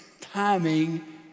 timing